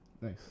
nice